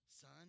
Son